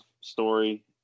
Story